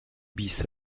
bis